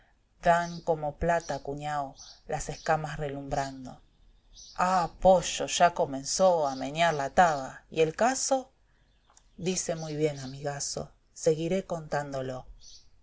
van como plata cmíao las escamas relumbrando ah pollo ya comenzó a meniar taba y el caso dioe muy bien amigaso seguiré contándolo